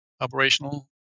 operational